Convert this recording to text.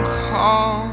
call